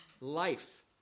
life